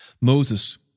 Moses